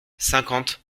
cinquante